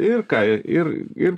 ir ką ir ir